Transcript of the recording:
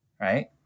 Right